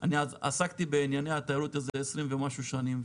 אני עסקתי בתיירות יותר מ-20 שנים,